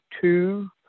two